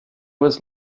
was